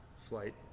flight